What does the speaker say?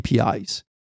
APIs